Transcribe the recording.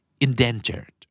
indentured